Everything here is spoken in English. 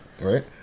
right